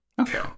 Okay